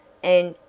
and,